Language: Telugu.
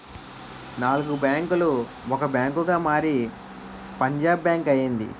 నాలుగు బ్యాంకులు ఒక బ్యాంకుగా మారి పంజాబ్ బ్యాంక్ అయింది